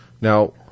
now